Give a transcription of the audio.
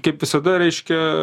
kaip visada reiškia